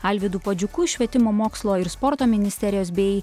alvydu puodžiuku iš švietimo mokslo ir sporto ministerijos bei